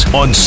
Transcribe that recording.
on